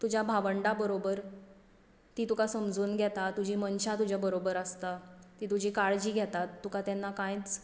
तुज्या भावंडा बरोबर तीं तुका समजून घेतात तुजीं मनशां तुज्या बरोबर आसता तीं तुजी काळजी घेतात तुका तेन्ना कांयच